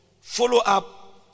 follow-up